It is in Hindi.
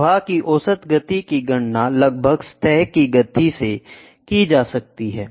प्रवाह की औसत गति की गणना लगभग सतह की गति से की जा सकती है